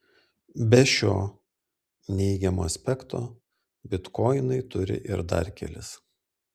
be šio neigiamo aspekto bitkoinai turi ir dar kelis